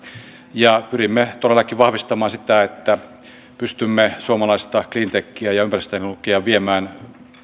ja pyrimme todellakin vahvistamaan sitä että pystymme suomalaista cleantechiä ja ympäristöteknologiaa viemään